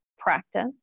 practice